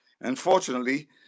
Unfortunately